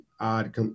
odd